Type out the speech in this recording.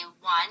one